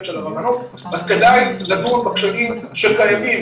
של הרבנות אז כדאי לדון בכשלים שקיימים,